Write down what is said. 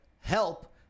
help